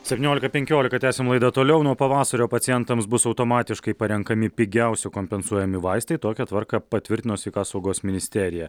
septyniolika penkiolika tęsiam laidą toliau nuo pavasario pacientams bus automatiškai parenkami pigiausi kompensuojami vaistai tokią tvarką patvirtino sveika saugos ministerija